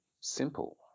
simple